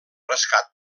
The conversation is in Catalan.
rescat